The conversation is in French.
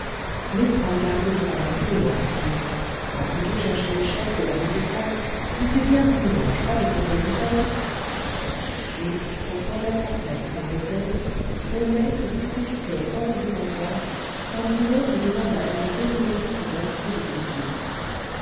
mais prends garde de renverser les mortiers va plutôt chercher les chaises de la petite salle tu sais bien qu'on ne dérange pas les fauteuils du salon et pour remettre en place son fauteuil homais se précipitait hors du comptoir quand binet lui demanda une demi once d'acide de sucre